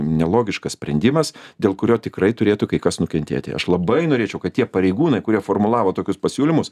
nelogiškas sprendimas dėl kurio tikrai turėtų kai kas nukentėti aš labai norėčiau kad tie pareigūnai kurie formulavo tokius pasiūlymus